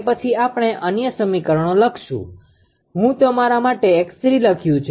તે પછી આપણે અન્ય સમીકરણો લખશું હું તમારા માટે 𝑥3̇ લખ્યું છે